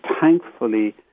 thankfully